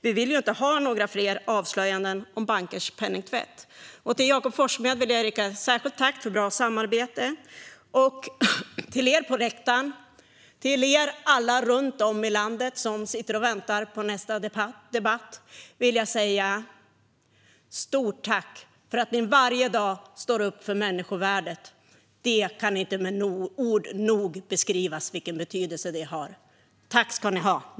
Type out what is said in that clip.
Vi vill ju inte ha några fler avslöjanden om bankers penningtvätt. Till Jakob Forssmed vill jag rikta ett särskilt tack för bra samarbete. Till er på läktaren och till er alla runt om i landet som väntar på nästa debatt vill jag säga stort tack för att ni varje dag står upp för människovärdet. Det kan inte med ord beskrivas vilken betydelse det har. Tack ska ni ha!